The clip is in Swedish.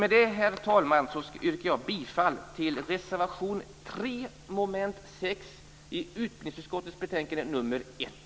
Med det, herr talman, yrkar jag bifall till reservation 3 under mom. 6 i utbildningsutskottets betänkande nr 1.